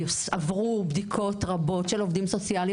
שעברו בדיקות רבות של עובדים סוציאליים